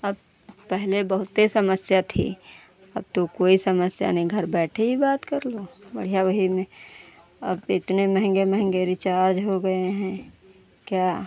अब पहले बहुत समस्या थी अब तो कोई समस्या नहीं घर बैठे ही बात कर लो बढ़िया वही में अब तो इतने महँगे महँगे रिचार्ज हो गए हैं क्या